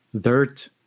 dirt